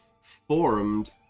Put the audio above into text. formed